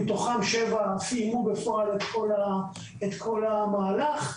מתוכם שבע סיימו בפועל את כל המהלך.